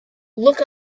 look